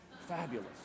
fabulous